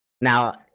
Now